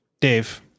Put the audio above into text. Dave